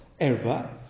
Erva